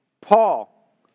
Paul